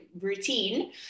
routine